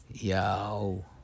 Yo